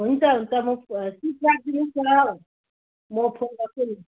हुन्छ हुन्छ म सिट राखिदिनुहोस् न ल म फोन गर्छु नि